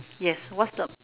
yes what's the